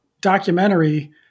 documentary